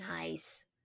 Nice